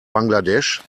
bangladesh